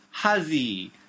Hazi